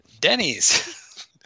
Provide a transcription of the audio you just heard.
Denny's